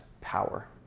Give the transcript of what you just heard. power